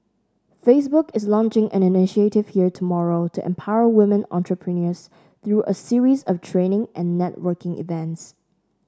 Facebook is launching an initiative here tomorrow to empower women entrepreneurs through a series of training and networking events